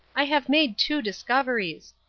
i have made two discoveries.